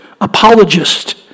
apologist